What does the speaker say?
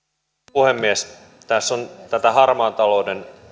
puhemies yksi sektori jota tämä harmaan talouden